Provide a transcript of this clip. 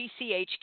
GCHQ